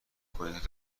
کنید